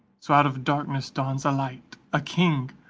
so out of darkness dawns a light, a king,